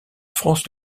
france